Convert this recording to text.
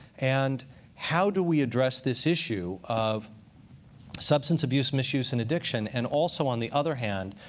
and how do we address this issue of substance abuse, misuse, and addiction, and also, on the other hand,